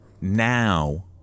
now